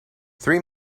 three